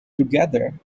together